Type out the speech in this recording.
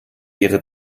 ihre